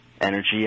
energy